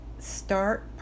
start